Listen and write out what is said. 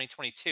2022